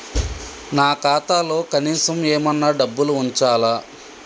నా ఖాతాలో కనీసం ఏమన్నా డబ్బులు ఉంచాలా?